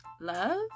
Love